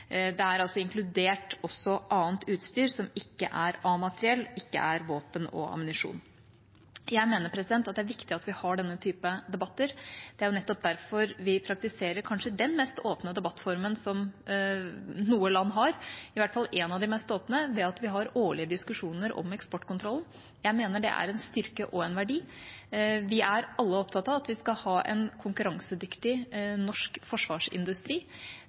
Det er altså inkludert annet utstyr som ikke er A-materiell, ikke er våpen og ammunisjon. Jeg mener det er viktig at vi har denne typen debatter. Det er nettopp derfor vi praktiserer den kanskje mest åpne debattformen som noe land har, i hvert fall én av de mest åpne, ved at vi har årlige diskusjoner om eksportkontrollen. Jeg mener det er en styrke og en verdi. Vi er alle opptatt av at vi skal ha en konkurransedyktig norsk forsvarsindustri.